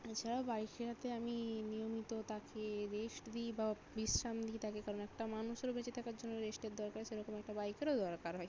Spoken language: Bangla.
এছাড়াও বাইক আমি নিয়মিত তাকে রেস্ট দিই বা বিশ্রাম দিই তাকে কারণ একটা মানুষেরও বেঁচে থাকার জন্য রেস্টের দরকার সেরকম একটা বাইকেরও দরকার হয়